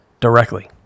directly